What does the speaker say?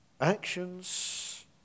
Actions